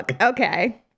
okay